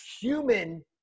human